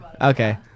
Okay